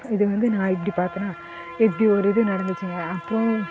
இது வந்து நான் இப்படி பார்த்தனா இப்படி ஒரு இது நடந்துச்சுங்க அப்புறம்